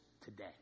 today